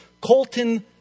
Colton